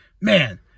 man